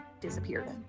disappeared